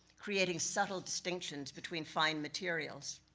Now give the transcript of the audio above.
creating subtle distinctions between fine materials.